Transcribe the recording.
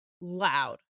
loud